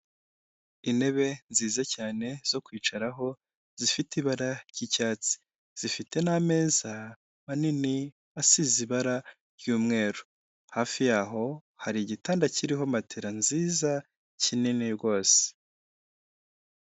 Intebe nziza cyane zo kwicaraho zifite ibara ry'icyatsi, zifite n'ameza manini asize ibara ry'umweru, hafi yaho hari igitanda kiriho matera nziza kinini rwose.